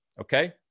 Okay